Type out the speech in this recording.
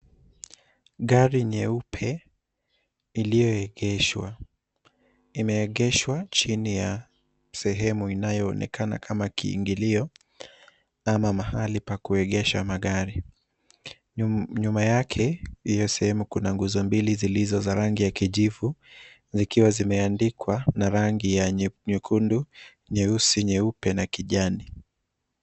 Gari jeupe limeegeshwa. Limeegeshwa chini ya sehemu inayoonekana kama kiingilio au mahali pa kuegesha magari. Nyuma yake, katika sehemu hiyo, kuna nguzo mbili za rangi ya kijivu, zikiwa zimeandikwa na rangi nyekundu, nyeusi, nyeupe, na kijani.